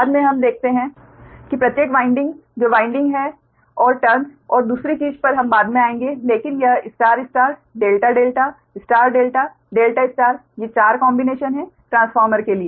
बाद में हम देखते हैं कि प्रत्येक वाइंडिंग जो वाइंडिंग है और टर्न्स और दूसरी चीज पर हम बाद में आएंगे लेकिन यह star star delta delta star delta delta star ये 4 कॉम्बिनेशन हैं ट्रांसफार्मर के लिए